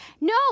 no